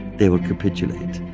they will capitulate.